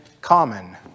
common